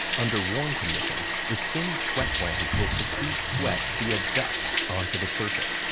under warm conditions, the skin's sweat glands will secrete sweat via ducts onto the surface,